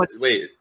Wait